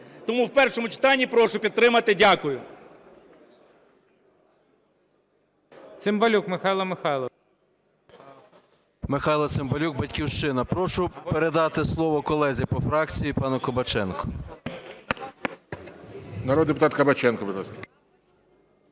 Тому в першому читанні прошу підтримати. Дякую.